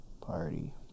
party